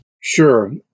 Sure